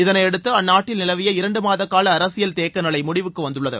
இதனையடுத்து அந்நாட்டில் நிலவிய இரண்டு மாத கால அரசியல் தேக்க நிலை முடிவுக்கு வந்தது